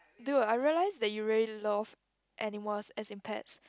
dude I realise that you really love animals as in pets